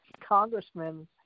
congressmen